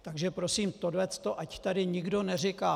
Takže prosím, tohle ať tady nikdo neříká!